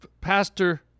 Pastor